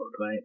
right